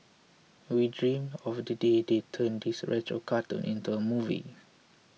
we dream of the day they turn this retro cartoon into a movie